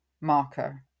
marker